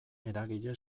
eragile